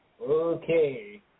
Okay